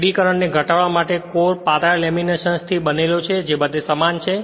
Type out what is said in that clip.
એડી current ને ઘટાડવા માટે કોર પાતળા લેમિનેશન્સ થી બનેલો છે જે બધે સમાન છે